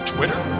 Twitter